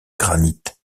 granit